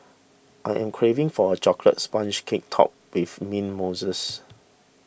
I am craving for a Chocolate Sponge Cake Topped with Mint Mousses